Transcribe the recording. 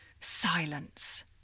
silence